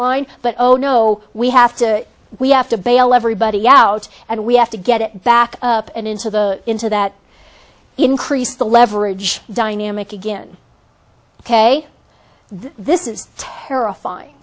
line but oh no we have to we have to bail everybody out and we have to get it back up and into the into that increase the leverage dynamic again ok this is terrif